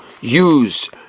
use